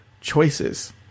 choices